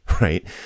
right